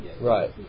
Right